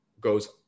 goes